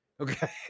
Okay